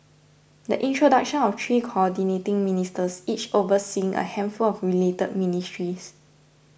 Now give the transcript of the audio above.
the introduction of three Coordinating Ministers each overseeing a handful of related ministries